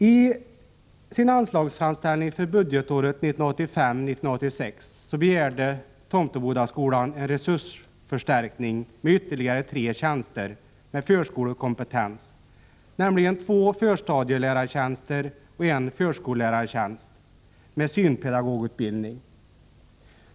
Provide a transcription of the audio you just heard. I sin anslagsframställning för budgetåret 1985/86 begärde Tomtebodaskolan en resursförstärkning med ytterligare tre tjänster med förskolekompetens, nämligen två förstadielärartjänster och en förskollärartjänst med synpedagogutbildning.